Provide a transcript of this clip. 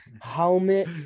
helmet